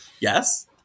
yes